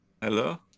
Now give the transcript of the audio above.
hello